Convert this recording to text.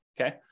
okay